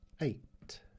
eight